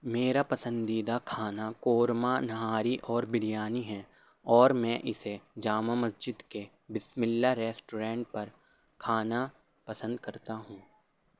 میرا پسندیدہ کھانا قورمہ نہاری اور بریانی ہے اور میں اسے جامع مسجد کے بسم اللہ ریسٹورینٹ پر کھانا پسند کرتا ہوں